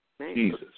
Jesus